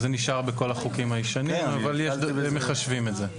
זה נשאר בכל החוקים הישנים, והם מחשבים את זה.